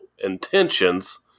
intentions